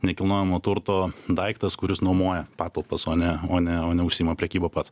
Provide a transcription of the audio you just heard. nekilnojamo turto daiktas kuris nuomoja patalpas o ne o ne o neužsiima prekyba pats